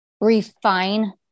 refine